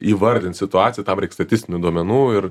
įvardint situaciją tam reik statistinių duomenų ir